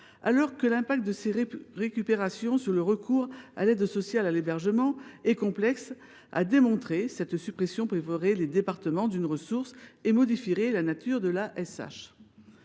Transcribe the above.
Alors que l’impact de ces récupérations sur le recours à l’aide sociale à l’hébergement est complexe à démontrer, cette suppression priverait les départements d’une ressource et modifierait la nature de l’ASH.